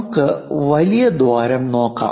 നമുക്ക് വലിയ ദ്വാരം നോക്കാം